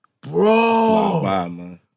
Bro